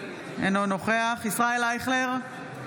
אינו נוכח ישראל אייכלר,